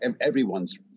everyone's